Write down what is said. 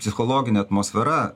psichologinė atmosfera